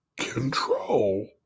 control